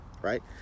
Right